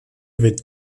wird